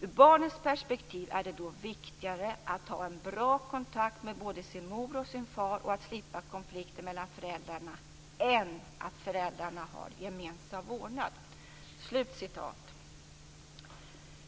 Ur barnets perspektiv är det då viktigare att ha en bra kontakt med både sin mor och far och att slippa konflikter mellan föräldrarna än att föräldrarna har gemensam vårdnad."